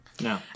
No